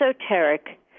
esoteric